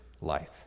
life